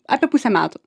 apie pusę metų